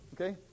okay